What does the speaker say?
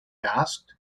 asked